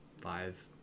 five